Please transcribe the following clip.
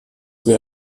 wir